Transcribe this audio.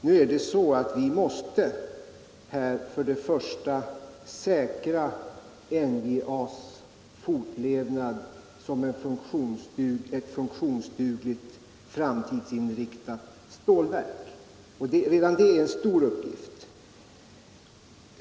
Nu är det så att vi först och främst måste säkra NJA:s fortlevnad som ett funktionsdugligt, framtidsinriktat stålverk. Redan det är en stor uppgift.